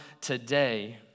today